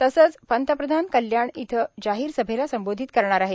तसंच पंतप्रधान कल्याण इथं जाहिर सभैला संबोधित करणार आहेत